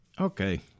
okay